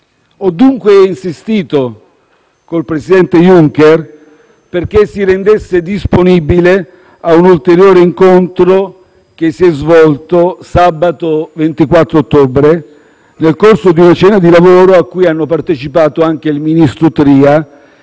Ho dunque insistito con il presidente Junker perché si rendesse disponibile a un ulteriore incontro, che si è svolto sabato 24 novembre, nel corso di una cena di lavoro a cui hanno partecipato anche il ministro Tria,